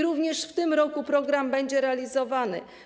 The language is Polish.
Również w tym roku program będzie realizowany.